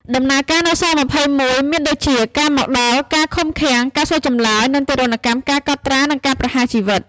ដំណើរការនៅក្នុង ស-២១ មានដូចជា ការមកដល់ ការឃុំឃាំង ការសួរចម្លើយ និងទារុណកម្ម ការកត់ត្រា និងការប្រហារជីវិត។